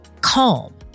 CALM